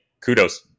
kudos